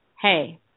hey